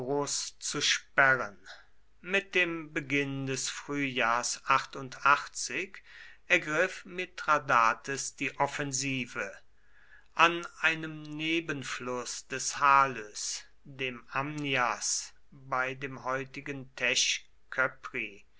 zu sperren mit dem beginn des frühjahrs ergriff mithradates die offensive an einem nebenfluß des halys dem amnias bei dem heutigen